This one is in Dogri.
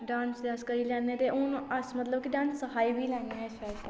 डांस ते अस करी लैन्ने ते हून मतलब अस कि डांस सखाई बी लैन्ने अच्छा अच्छा